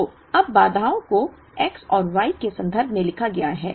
तो अब बाधाओं को X और Y के संदर्भ में लिखा गया है